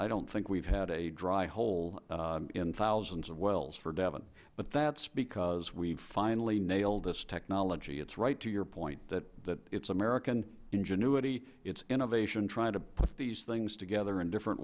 i don't think we had a dry hole in thousands of wells for devon but that's because we've finally nailed this technology it's right to your point that it's american ingenuity it's innovation trying to put these things together in different